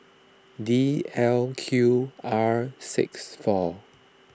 D L Q R six four